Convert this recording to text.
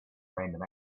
random